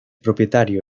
propietario